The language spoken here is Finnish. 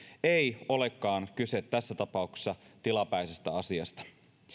ei olekaan kyse tässä tapauksessa tilapäisestä asiasta